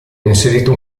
inserito